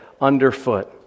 underfoot